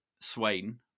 Swain